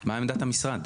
מה עמדת המשרד?